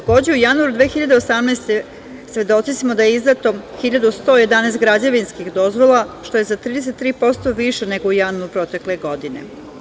Takođe, u januaru 2018. godine svedoci smo da je izdato 1.111 građevinskih dozvola, što je za 33% više nego u januaru protekle godine.